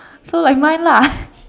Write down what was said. so like mine lah